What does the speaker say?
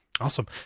Awesome